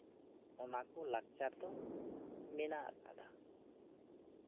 ᱚᱱᱟ ᱠᱚ ᱞᱟᱠᱪᱟᱨ ᱫᱚ ᱢᱮᱱᱟᱜ ᱟᱠᱟᱫᱟ